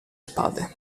spade